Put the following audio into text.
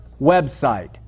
website